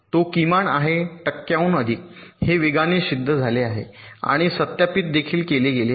तो किमान आहे टक्क्यांहून अधिक हे वेगाने सिद्ध झाले आहे आणि सत्यापित देखील केले गेले आहे